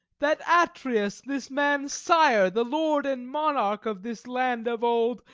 that atreus, this man's sire, the lord and monarch of this land of old,